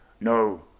No